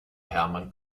hermann